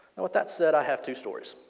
and with that said i have two stories.